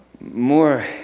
More